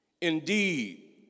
Indeed